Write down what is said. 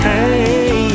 Hey